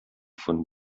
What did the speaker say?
von